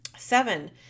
Seven